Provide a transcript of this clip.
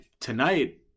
tonight